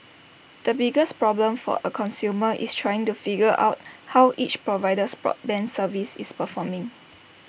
the biggest problem for A consumer is trying to figure out how each provider's broadband service is performing